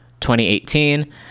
2018